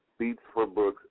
beatsforbooks